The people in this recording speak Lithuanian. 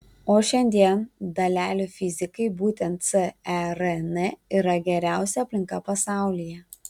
o šiandien dalelių fizikai būtent cern yra geriausia aplinka pasaulyje